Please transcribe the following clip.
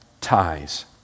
ties